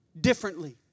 differently